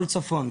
כל הצפון,